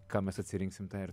ką mes atsirinksim tą ir